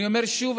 אני אומר שוב,